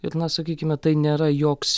ir na sakykime tai nėra joks